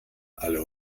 alle